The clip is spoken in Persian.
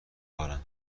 کارم